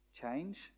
change